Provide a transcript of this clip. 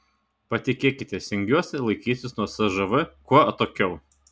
patikėkite stengiuosi laikytis nuo cžv kuo atokiau